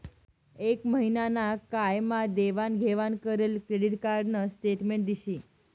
एक महिना ना काय मा देवाण घेवाण करेल क्रेडिट कार्ड न स्टेटमेंट दिशी